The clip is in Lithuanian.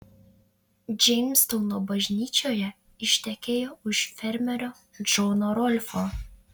džeimstauno bažnyčioje ištekėjo už fermerio džono rolfo